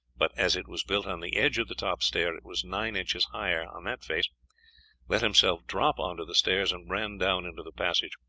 but as it was built on the edge of the top stair it was nine inches higher on that face let himself drop on to the stairs, and ran down into the passage.